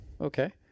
Okay